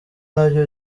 nabyo